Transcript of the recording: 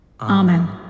Amen